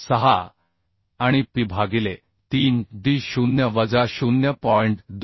606 आणि P भागिले 3d0 वजा 0